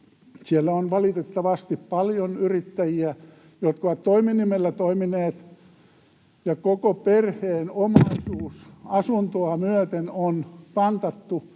siellä on valitettavasti paljon yrittäjiä, jotka ovat toiminimellä toimineet ja joilla koko perheen omaisuus asuntoa myöten on pantattu